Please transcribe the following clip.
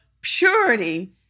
purity